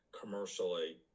commercially